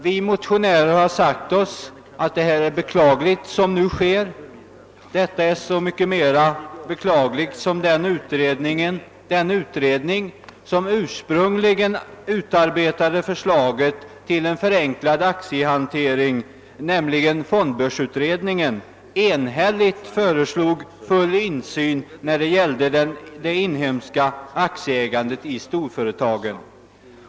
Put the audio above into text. Vi motionärer har sagt oss att detta är beklagligt, så mycket mera som den utredning som ursprungligen utarbetade förslaget till en förenklad aktiehantering — fondbörsutredningen — enhälligt föreslog full insyn när det gällde det inhemska aktieägandet i storföretagen.